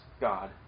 God